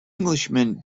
englishman